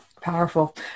powerful